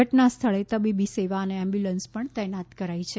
ઘટનાસ્થળે તબીબી સેવા અને એમ્યુનેલન્સ પણ તહેનાત કરાઈ છે